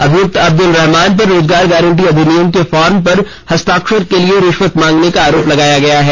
अभियुक्त अब्दुल रहमान पर रोजगार गारंटी अधिनियम के फॉर्म पर हस्ताक्षर के लिए रिश्वत मांगने का आरोप लेगया गया है